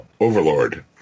Overlord